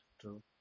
true